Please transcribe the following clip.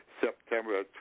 september